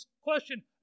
question